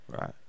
Right